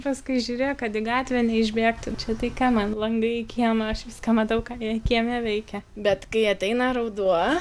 paskui žiūrėk kad į gatvę neišbėgtų čia tai ką man langai į kiemą aš viską matau ką jie kieme veikia bet kai ateina ruduo